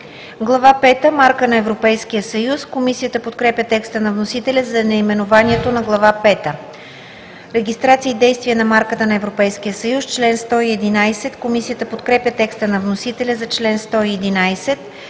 пета – Марка на Европейския съюз“. Комисията подкрепя текста на вносителя за наименованието на Глава пета. „Регистрация и действие на марката на Европейския съюз – чл. 111“. Комисията подкрепя текста на вносителя за чл. 111.